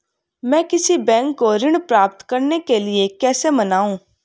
मैं किसी बैंक को ऋण प्राप्त करने के लिए कैसे मनाऊं?